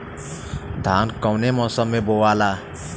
धान कौने मौसम मे बोआला?